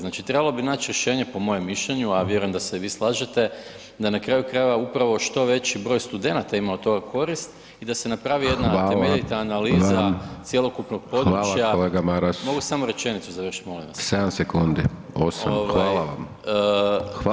Znači trebalo bi naći rješenje, po mojem mišljenju, a vjerujem da se i vi slažete, da na kraju krajeva, upravo što veći broj studenata ima od toga korist i da se napravi [[Upadica Hajdaš Dončić: Hvala vam.]] jedna temeljita analiza cjelokupnog područja [[Upadica Hajdaš Dončić: Hvala kolega Maras.]] Mogu samo rečenicu završiti, molim vas?